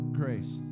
grace